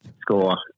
score